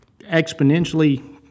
exponentially